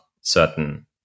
certain